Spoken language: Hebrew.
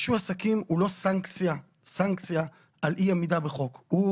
זה שרישוי עסקים הוא לא סנקציה על אי עמידה בחוק אלא הוא